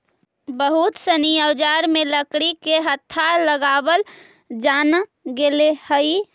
बहुत सनी औजार में लकड़ी के हत्था लगावल जानए लगले हई